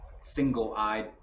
single-eyed